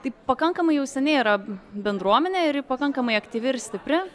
tai pakankamai jau seniai yra bendruomenė ir ji pakankamai aktyvi ir stipri